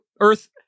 earth